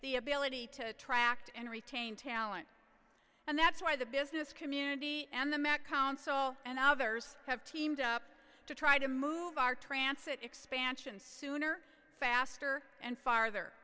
the ability to attract and retain talent and that's why the business community and the met council and others have teamed up to try to move our trance it expansion sooner faster and farther